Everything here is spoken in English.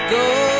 go